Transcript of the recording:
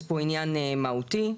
יש פה עניין מהותי.